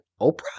Oprah